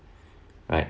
right